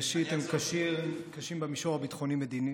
ראשית הם קשים במישור הביטחוני-מדיני.